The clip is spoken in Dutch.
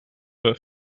rug